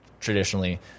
traditionally